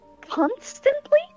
constantly